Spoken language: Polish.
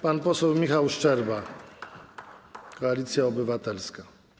Pan poseł Michał Szczerba, Koalicja Obywatelska.